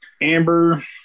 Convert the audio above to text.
Amber